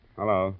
hello